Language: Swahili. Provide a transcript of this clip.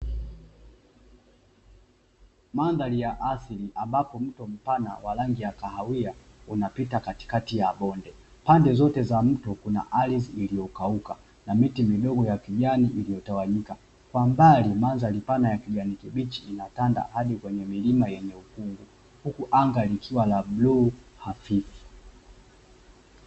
Mandhari ya asili ambapo mto mpana wa rangi ya kahawia unapita katikati ya bonde, pande zote za mto kuna ardhi iliyokauka na miti midogo ya kijani iliyotawanyika, kwa mbali mandhari pana ya kijani kibichi inatanda hadi kwenye milima yenye ukungu huku anga likiwa la bluu hafifi.